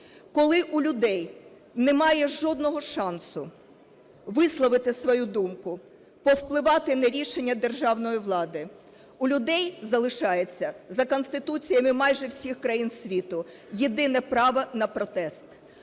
Коли у людей немає жодного шансу висловити свою думку, повпливати на рішення державної влади, у людей залишається, за конституціями майже всіх країн світу, єдине право на протест.